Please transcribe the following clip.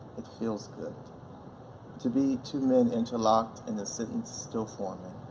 it feels good to be two men interlocked in a sentence still forming.